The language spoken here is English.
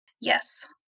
Yes